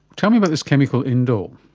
tell me about this chemical indole.